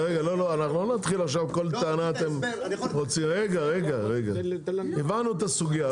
אנחנו לא נתחיל עכשיו כל טענה אתם הבנו את הסוגיה,